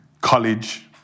college